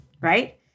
right